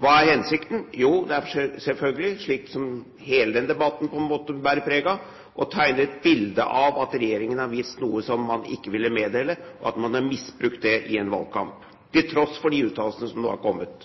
Hva er hensikten? Jo, det er selvfølgelig, som hele denne debatten bærer preg av, å tegne et bilde av at regjeringen har visst noe som man ikke ville meddele, og at man har misbrukt det i en valgkamp – til tross for de uttalelsene som nå er kommet.